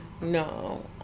no